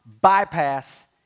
bypass